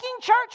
church